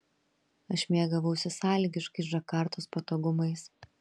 aš mėgavausi sąlygiškais džakartos patogumais